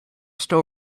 still